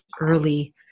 early